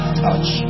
touch